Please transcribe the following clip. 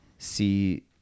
see